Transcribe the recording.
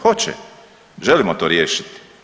Hoće, želimo to riješiti.